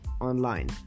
online